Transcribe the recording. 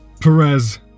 Perez